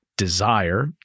desire